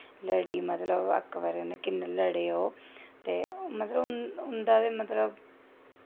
लड़ी मतलब अकबर नै कि'न्ने लड़े ओह् ते मतलब उं'दा ते मतलब